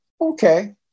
Okay